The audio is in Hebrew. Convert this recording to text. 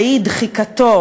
והיא דחיקתו